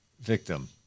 victim